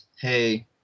hey